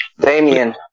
Damien